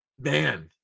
man